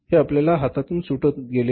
हे आपल्या हातातून सुटून गेले होते